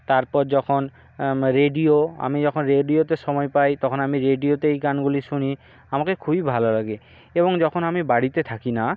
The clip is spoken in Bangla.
তারপর যখন রেডিও আমি যখন রেডিওতে সময় পাই তখন আমি রেডিওতে এই গানগুলি শুনি আমাকে খুবই ভাল লাগে এবং যখন আমি বাড়িতে থাকি না